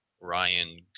Ryan